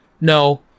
No